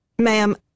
ma'am